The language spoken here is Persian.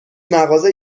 مغازه